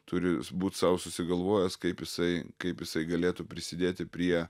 turi būt sau susigalvojęs kaip jisai kaip jisai galėtų prisidėti prie